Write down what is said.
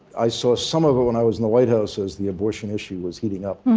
i saw some of it when i was in the white house as the abortion issue was heating up,